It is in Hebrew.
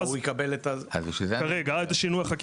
כרגע עד שינוי החקיקה.